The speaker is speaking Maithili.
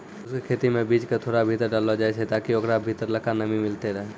शुष्क खेती मे बीज क थोड़ा भीतर डाललो जाय छै ताकि ओकरा भीतरलका नमी मिलतै रहे